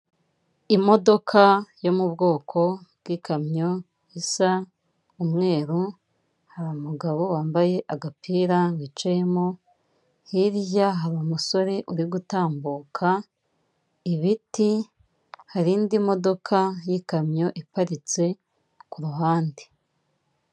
Imodoka yo mu bwoko bw'ikamyo isa umweru, hari umugabo wambaye agapira wicayemo, hirya hari umusore uri gutambuka, ibiti, hari indi modoka y'ikamyo iparitse ku ruhande.